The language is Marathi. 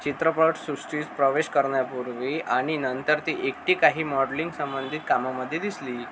चित्रपटसृष्टीस प्रवेश करण्यापूर्वी आणि नंतर ती एकटी काही मॉडलिंग संबंधित कामामध्ये दिसली